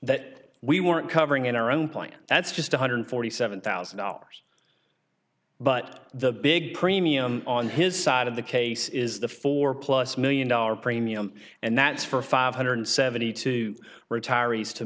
that we weren't covering in our own plan that's just one hundred forty seven thousand dollars but the big premium on his side of the case is the four plus million dollar premium and that's for five hundred seventy two retirees to